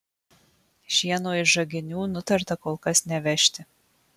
šieno iš žaginių nutarta kol kas nevežti